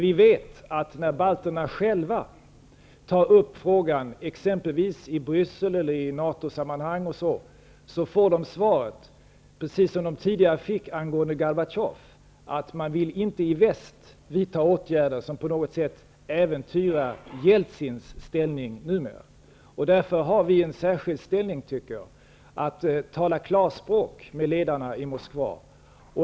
Vi vet att balterna själva, när de tar upp frågan exempelvis i Bryssel eller i NATO sammanhang, får svaret, precis som de tidigare fick angående Gorbatjov, att man i Väst inte vill vidta åtgärder som på något sätt äventyrar Jeltsins ställning. Därför har vi en särskild anledning att tala klarspråk med ledarna i Moskva.